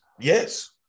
Yes